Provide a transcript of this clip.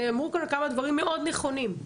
נאמרו פה כמה דברים מאוד נכונים,